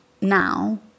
now